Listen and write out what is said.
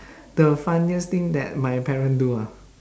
the funniest thing that my parent do ah